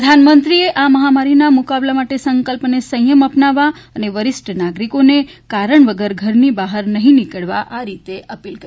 પ્રધાનમંત્રીએ આ મહામારીના મુકાબલા માટે સંકલ્પ અને સંયમ અપનાવવા અને વરિષ્ઠ નાગરિકોને કારણ વગર ઘરની બહાર નહીં નિકળવા આ રીતે અપીલ કરી